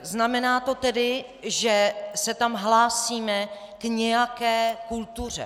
Znamená to tedy, že se tam hlásíme k nějaké kultuře.